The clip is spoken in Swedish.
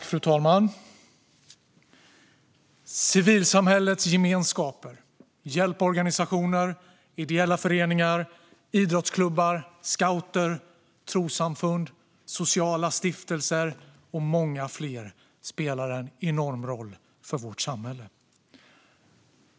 Fru talman! Civilsamhällets gemenskaper, hjälporganisationer, ideella föreningar, idrottsklubbar, scouter, trossamfund, sociala stiftelser och många fler spelar en enorm roll för vårt samhälle.